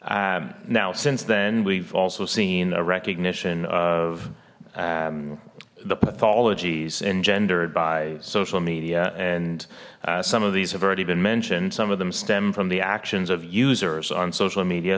amendment now since then we've also seen a recognition of the pathologies engendered by social media and some of these have already been mentioned some of them stem from the actions of users on social media